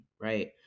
right